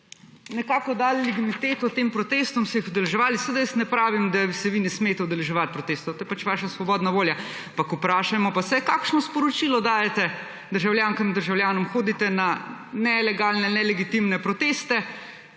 nekako dali legimiteto tem protestom, se jih udeleževali. Seveda jaz ne pravim, da se vi ne smete udeleževati protestov, to je pač vaša svobodna volja, ampak vprašajmo pa se, kakšno sporočilo dajete državljankam državljanom. Hodite na nelegalne, nelegitimne proteste,